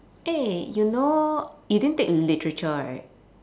eh you know you didn't take literature right